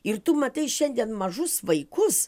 ir tu matai šiandien mažus vaikus